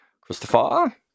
Christopher